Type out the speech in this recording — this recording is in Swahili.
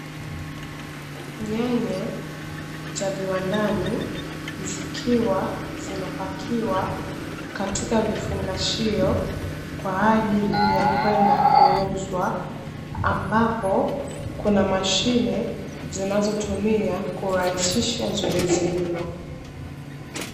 Nyanya za viwandani, zikiwa zinapakiwa katika vifungashio kwa ajili ya kwenda kuuzwa, ambapo kuna mashine zinazotumiwa kurahisisha zoezi hilo.